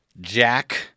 Jack